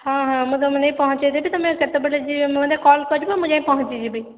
ହଁ ହଁ ମୁଁ ତୁମକୁ ନେଇକି ପହଞ୍ଚାଇ ଦେବି ତୁମେ କେତେବେଳେ ମୋତେ କଲ୍ କରିବ ମୁଁ ଯାଇ ପହଞ୍ଚିଯିବି